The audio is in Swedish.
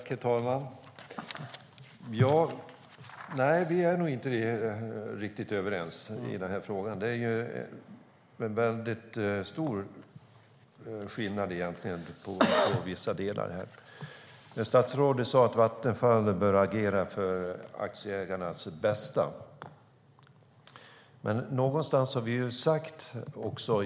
Herr talman! Nej, vi är nog inte riktigt överens i denna fråga. Det är en väldigt stor skillnad i vissa delar. Statsrådet sade att Vattenfall bör agera för aktieägarnas bästa.